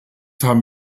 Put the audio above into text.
haben